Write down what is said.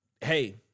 hey